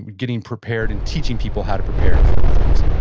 getting prepared, and teaching people how to prepare for things?